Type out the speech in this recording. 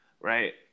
right